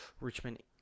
Richmond